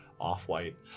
off-white